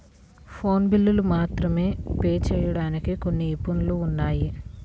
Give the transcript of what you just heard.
phone బిల్లులు మాత్రమే pay చెయ్యడానికి కొన్ని యాపులు ఉన్నాయి